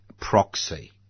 proxy